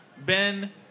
Ben